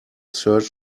search